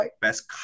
Best